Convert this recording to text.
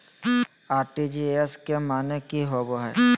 RTGS के माने की होबो है?